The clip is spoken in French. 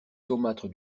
saumâtre